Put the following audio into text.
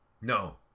No